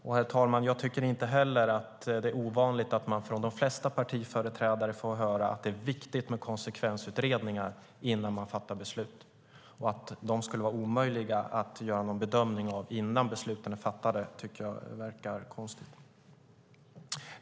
Det är inte ovanligt, herr talman, att vi från de flesta partiföreträdare får höra att det är viktigt med konsekvensutredningar innan man fattar beslut. Att de skulle vara omöjliga att göra en bedömning av innan besluten är fattade verkar konstigt.